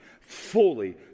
fully